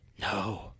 No